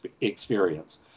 experience